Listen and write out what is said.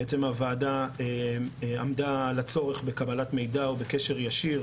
הוועדה עמדה על הצורך בקבלת מידע ובקשר ישיר,